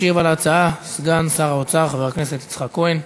ישיב על ההצעה סגן שר האוצר חבר הכנסת יצחק כהן.